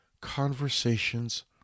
conversations